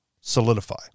solidify